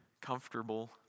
comfortable